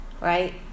Right